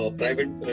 private